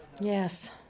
Yes